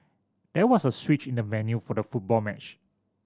there was a switch in the venue for the football match